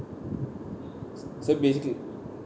so basically